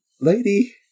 lady